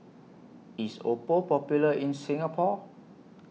IS Oppo Popular in Singapore